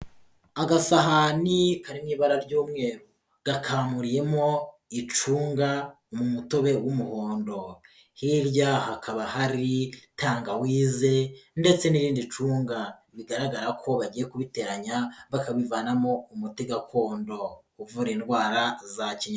Agasahani kari mu ibara ry'umweru gakamuriyemo icunga mu mutobe w'umuhondo, hirya hakaba hari tangawize ndetse n'irindi cunga bigaragara ko bagiye kubiteranya bakabivanamo umuti gakondo uvura indwara za kinyarwanda.